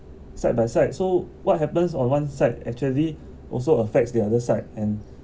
side by side so what happens on one side actually also affects the other side and